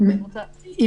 אני